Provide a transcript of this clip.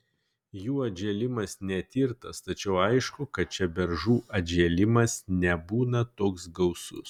jų atžėlimas netirtas tačiau aišku kad čia beržų atžėlimas nebūna toks gausus